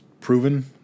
proven